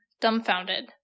dumbfounded